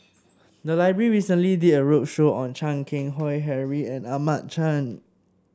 the library recently did a roadshow on Chan Keng Howe Harry and Ahmad Khan